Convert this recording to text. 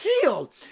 healed